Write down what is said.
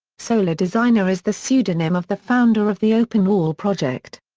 solar designer is the pseudonym of the founder of the openwall project.